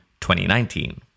2019